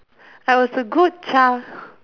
I was a good child